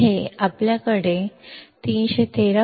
ಇಲ್ಲಿ ಮೌಲ್ಯ ಏನು